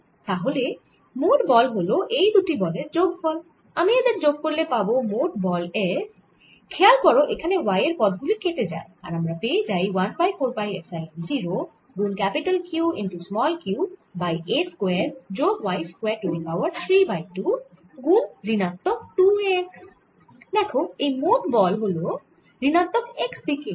তাহলে মোট বল হল এই দুটি বলের যোগফল আমি এদের যোগ করলে পাবো মোট বল F খেয়াল করো এখানে y এর পদ গুলি কেটে যায় আর আমরা পেয়ে যাই 1 বাই 4 পাই এপসাইলন 0 গুন Q q by a square যোগ y square to the power 3 by 2 গুন ঋণাত্মক 2 a x দেখো এই মোট বল হল ঋণাত্মক x দিকে